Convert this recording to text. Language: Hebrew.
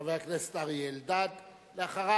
חבר הכנסת אריה אלדד, ואחריו,